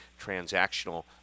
transactional